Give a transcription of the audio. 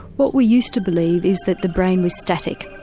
what we used to believe is that the brain was static.